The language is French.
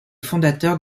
fondateur